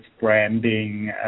branding